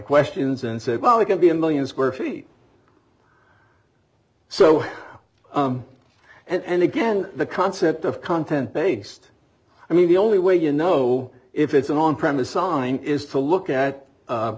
questions and said well it could be a million square feet so and again the concept of content based i mean the only way you know if it's an on premise sign is to look at